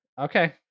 Okay